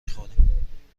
خوریم